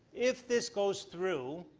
if this goes through,